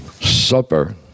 Supper